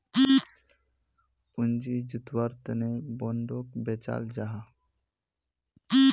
पूँजी जुत्वार तने बोंडोक बेचाल जाहा